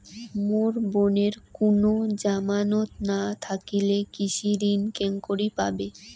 মোর বোনের কুনো জামানত না থাকিলে কৃষি ঋণ কেঙকরি পাবে?